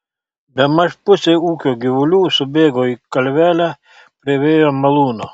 bemaž pusė ūkio gyvulių subėgo į kalvelę prie vėjo malūno